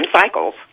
cycles